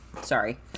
Sorry